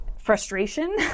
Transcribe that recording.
frustration